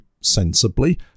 sensibly